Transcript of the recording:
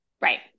Right